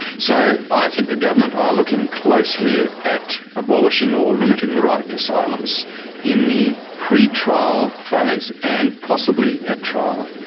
so i think the government are looking closely at abolishing or limiting the right to silence in the pre-trial phase, and possibly at trial.